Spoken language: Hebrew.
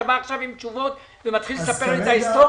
אתה בא עכשיו עם תשובות ומתחיל לספר לי את ההיסטוריה?